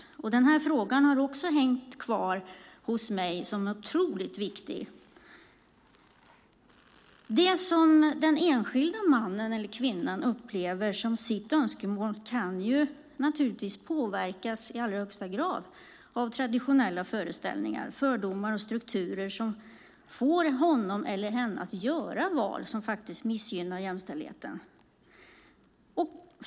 Den här otroligt viktiga frågan har också hängt kvar hos mig. Det som den enskilda mannen eller kvinnan upplever som sitt önskemål kan naturligtvis i allra högsta grad påverkas av traditionella föreställningar, fördomar och strukturer som får honom eller henne att göra val som faktiskt missgynnar jämställdheten.